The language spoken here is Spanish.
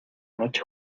noche